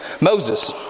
Moses